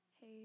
Hey